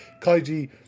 Kaiji